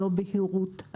לא בהירות,